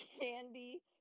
candy